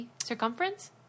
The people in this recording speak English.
Circumference